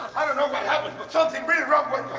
i don't know what happened, but something really wrong went